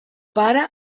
pare